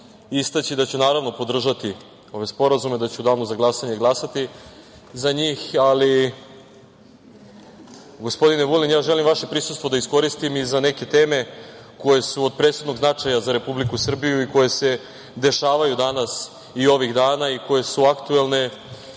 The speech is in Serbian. da ću, naravno, podržati ove sporazume i da ću u danu za glasanje glasati za njih, ali gospodine Vulin, ja želim vaše prisustvo da iskoristim i za neke teme koje su od presudnog značaja za Republiku Srbiju i koje se dešavaju danas i ovih dana i koje su aktuelne,